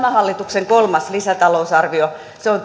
tämän hallituksen kolmas lisätalousarvio se on työllisyystoimien